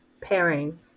pairing